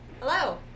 Hello